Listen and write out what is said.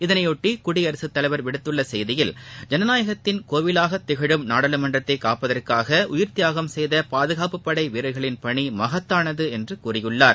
இதனையொட்டி குடியரசுத்தலைவர் விடுத்துள்ள செய்தியில் ஜனநாயகத்தின் கோவிலாக திகழும் நாடாளுமன்றத்தை காப்பதற்காக உயிர்த்தியாகம் செய்த பாதகாப்புப்படை வீரர்களின் பனி மகத்தானது என்று கூறியுள்ளார்